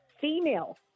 female